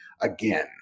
again